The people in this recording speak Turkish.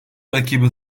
rakibi